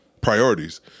priorities